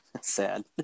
sad